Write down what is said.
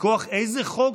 ומכוח איזה חוק,